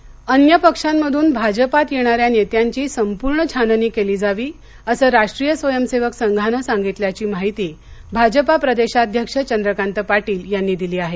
चंद्रकांत पाटील अन्य पक्षांमधून भाजपात येणाऱ्या नेत्यांची संपूर्ण छाननी केली जावी असं राष्ट्रीय स्वयंसेवक संघानं सांगितल्याची माहिती भाजपा प्रदेशाध्यक्ष चंद्रकांत पाटील यांनी दिली आहे